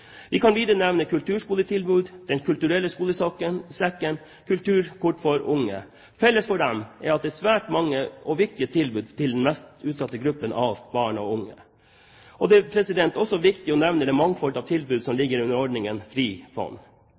Vi kan videre nevne kulturskoletilbud som Den kulturelle skolesekken og kulturkort for ungdom. Felles for disse er at de er viktige tilbud til den mest utsatte gruppen av barn og unge. Det er også viktig å nevne det mangfold av tilbud som ligger under ordningen Frifond.